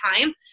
time